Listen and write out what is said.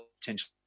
potentially